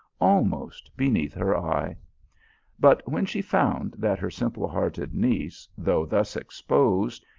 almost beneath her eye but when she found that her simple-hearted niece, though thus exposed,